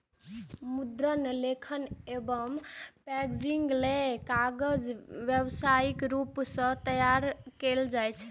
मुद्रण, लेखन एवं पैकेजिंग लेल कागज के व्यावसायिक रूप सं तैयार कैल जाइ छै